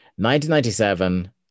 1997